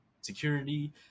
security